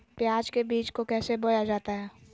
प्याज के बीज को कैसे बोया जाता है?